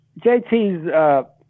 JT's